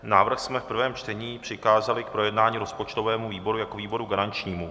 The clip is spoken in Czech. Návrh jsme v prvém čtení přikázali k projednání rozpočtovému výboru jako výboru garančnímu.